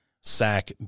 sack